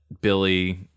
Billy